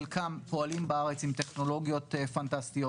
חלקם פועלים בארץ עם טכנולוגיות פנטסטיות.